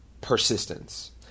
persistence